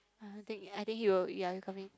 ah I think I think you will you are coming